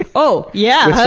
ah oh! yeah.